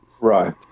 Right